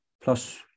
plus